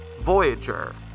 Voyager